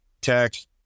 text